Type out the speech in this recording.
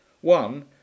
One